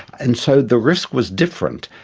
and so the risk was different.